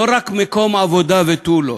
לא רק מקום עבודה ותו לא,